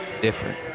different